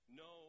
no